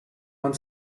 man